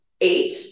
eight